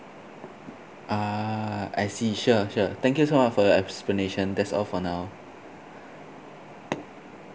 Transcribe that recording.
ah I see sure sure thank you so much for your explanation that's all for now